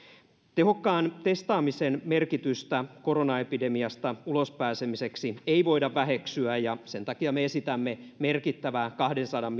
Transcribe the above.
tehokkaan testaamisen merkitystä koronaepidemiasta ulos pääsemiseksi ei voida väheksyä ja sen takia me esitämme merkittävää kahdensadan